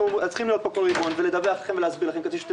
אנחנו צריכים להיות פה כל רבעון ולדווח לכם ולהסביר לכם כדי שאתם